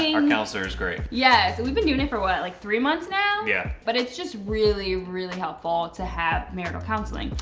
our counselor is great. yes, we've been doing it for what, like three months now? yeah. but it's just really, really helpful to have marital counseling.